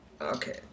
Okay